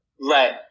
Right